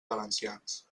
valencians